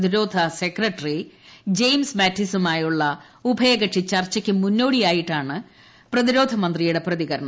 പ്രതിരോധ secretary James മാറ്റിസുമായുള്ള ഉഭയകക്ഷി ചർച്ചയ്ക്ക് മുന്നോടിയായിട്ടാണ് പ്രതിരോധമന്ത്രിയുടെ പ്രതികരണം